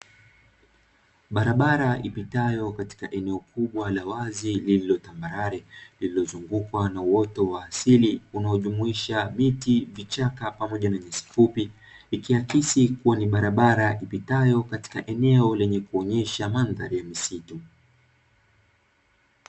Barabara ipitayo katika eneo kubwa la wazi lililo tambarare, lililozungukwa na uoto wa asili unaojumuisha miti, vichaka pamoja na nyasi fupi, ikiakisi kuwa ni barabara ipitayo katika eneo lenye kuonyesha madhali ya msitu.